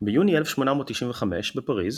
ביוני 1895, בפריז,